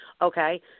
Okay